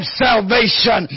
salvation